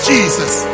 Jesus